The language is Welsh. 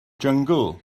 jyngl